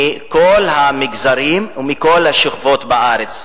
על כל המגזרים ועל כל השכבות בארץ.